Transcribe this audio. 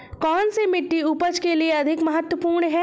कौन सी मिट्टी उपज के लिए अधिक महत्वपूर्ण है?